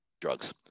drugs